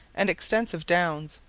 and extensive downs,